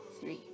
Three